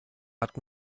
hat